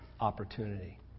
opportunity